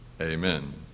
amen